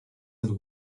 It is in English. and